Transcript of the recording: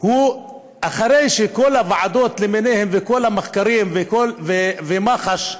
אחרי שכל הוועדות למיניהן וכל המחקרים, ומח"ש,